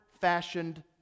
fashioned